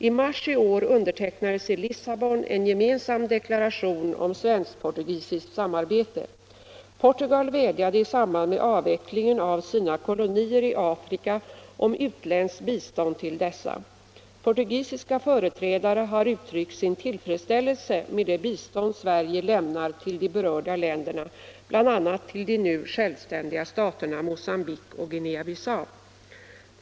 I mars i år undertecknades i Lissabon en gemensam S Portugal vädjade i samband med avvecklingen av sina kolonier i Afrika om utländskt bistånd till dessa. Portugisiska företrädare har uttryckt sin tillfredsställelse med det bistånd Sverige lämnar till de berörda länderna, bl.a. till de nu självständiga staterna Mogambique och Guinea-Bissau.